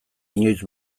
inoiz